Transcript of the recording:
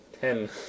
Ten